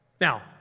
Now